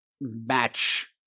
match